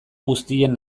guztien